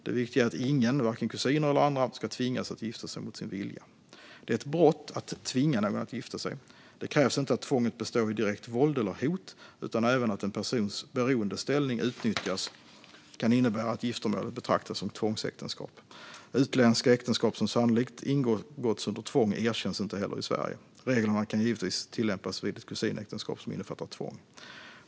Det viktiga är att ingen, varken kusiner eller andra, ska tvingas att gifta sig mot sin vilja. Det är ett brott att tvinga någon att gifta sig. Det krävs inte att tvånget består i direkt våld eller hot, utan även att en persons beroendeställning utnyttjas kan innebära att giftermålet betraktas som tvångsäktenskap. Utländska äktenskap som sannolikt ingåtts under tvång erkänns inte heller i Sverige. Reglerna kan givetvis tillämpas vid ett kusinäktenskap som innefattar tvång.